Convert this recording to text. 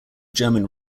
german